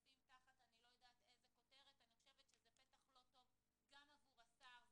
מסוים כי --- אני חושבת שזה פתח לא טוב גם עבור השר.